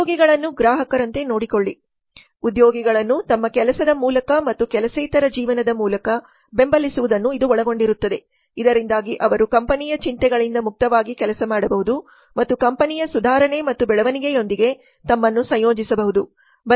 ಉದ್ಯೋಗಿಗಳನ್ನು ಗ್ರಾಹಕರಂತೆ ನೋಡಿಕೊಳ್ಳಿ ಉದ್ಯೋಗಿಗಳನ್ನು ತಮ್ಮ ಕೆಲಸದ ಮೂಲಕ ಮತ್ತು ಕೆಲಸೇತರ ಜೀವನದ ಮೂಲಕ ಬೆಂಬಲಿಸುವುದನ್ನು ಇದು ಒಳಗೊಂಡಿರುತ್ತದೆ ಇದರಿಂದಾಗಿ ಅವರು ಕಂಪನಿಯ ಚಿಂತೆಗಳಿಂದ ಮುಕ್ತವಾಗಿ ಕೆಲಸ ಮಾಡಬಹುದು ಮತ್ತು ಕಂಪನಿಯ ಸುಧಾರಣೆ ಮತ್ತು ಬೆಳವಣಿಗೆಯೊಂದಿಗೆ ತಮ್ಮನ್ನು ಸಂಯೋಜಿಸಬಹುದು